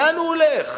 לאן הוא הולך?